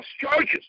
charges